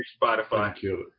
Spotify